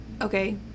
Okay